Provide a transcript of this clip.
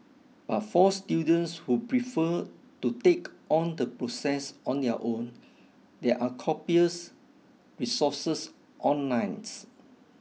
but for students who prefer to take on the process on their own there are copious resources onlines